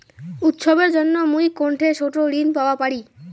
উৎসবের জন্য মুই কোনঠে ছোট ঋণ পাওয়া পারি?